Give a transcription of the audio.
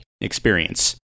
experience